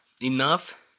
enough